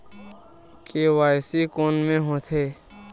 KYC कोन में होथे?